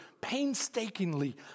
painstakingly